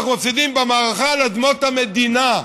אנחנו מפסידים במערכה על אדמות המדינה,